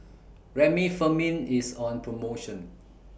Remifemin IS on promotion